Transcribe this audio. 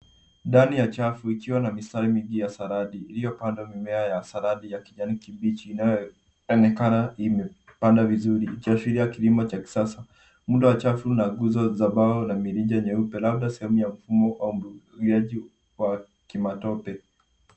Ndani ya chafu ikiwa na mistari mingi ya saradi iliyopandwa mimea ya saradi ya kijani kibichi inayoonekana imepandwa vizuri ikiashiria kilimo cha kisasa. Muundo wa chafu una nguzo za mbao za mirija nyeupe labda sehemu ya mfumo wa umwagiliaji wa kimatope.